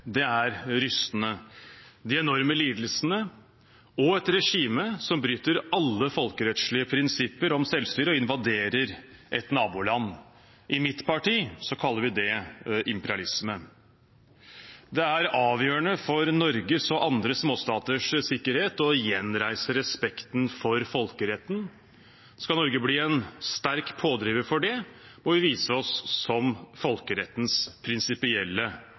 angrep er rystende – de enorme lidelsene og et regime som bryter alle folkerettslige prinsipper om selvstyre og invaderer et naboland. I mitt parti kaller vi det imperialisme. Det er avgjørende for Norges og andre småstaters sikkerhet å gjenreise respekten for folkeretten. Skal Norge bli en sterk pådriver for det, må vi vise oss som folkerettens prinsipielle